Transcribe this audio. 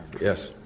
Yes